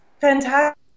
fantastic